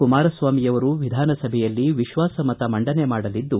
ಕುಮಾರಸ್ವಾಮಿಯವರು ವಿಧಾನಸಭೆಯಲ್ಲಿ ವಿಶ್ವಾಸ ಮತ ಮಂಡನೆ ಮಾಡಲಿದ್ದು